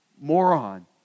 moron